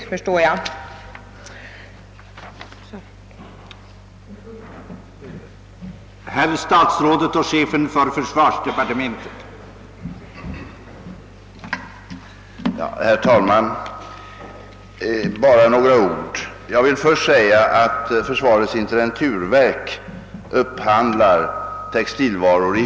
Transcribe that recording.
—- Och för att inte överskrida tiden slutar jag med detta, herr talman.